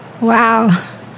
Wow